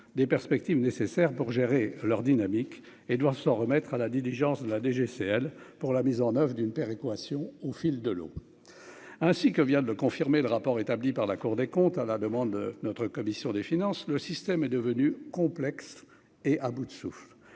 des perspectives nécessaires pour gérer leur dynamique et doivent s'en remettre à la diligence de la DGCL pour la mise en oeuvre d'une péréquation au fil de l'eau ainsi que vient de le confirmer le rapport établi par la Cour des comptes à la demande notre commission des finances, le système est devenu complexe et à bout de souffle